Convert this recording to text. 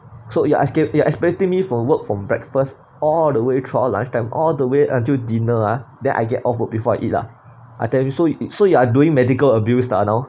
so you're esca~ you're expecting me to work from breakfast all the way throughout lunchtime all the way until dinner ah then I get off work before I eat lah I tell you so you so you are doing medical abuse lah now